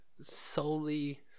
solely